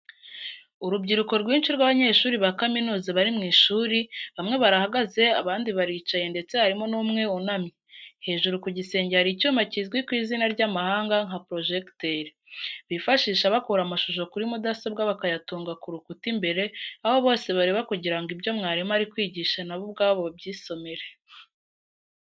Urubyiruko rwinshi rw'abanyeshuri ba kaminuza bari mu ishuri, bamwe barahagaze abandi baricaye ndetse harimo n'umwe wunamye. Hejuru ku gisenge hari icyuma kizwi ku izina ry'amahanga nka porojegiteri bifashisha bakura amashusho kuri mudasobwa bakayatunga ku rukuta imbere, aho bose bareba kugira ngo ibyo mwarimu ari kwigisha nabo ubwabo babyisomere.